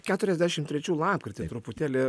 keturiasdešim trečių lapkritį truputėlį